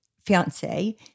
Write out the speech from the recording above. fiance